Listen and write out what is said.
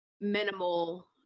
minimal